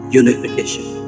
unification